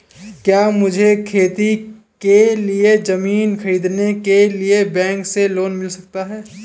क्या मुझे खेती के लिए ज़मीन खरीदने के लिए बैंक से लोन मिल सकता है?